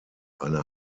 eine